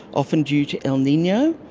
often due to el nino.